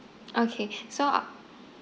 okay so uh